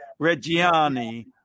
Reggiani